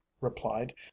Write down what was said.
replied